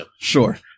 Sure